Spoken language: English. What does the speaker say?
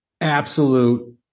absolute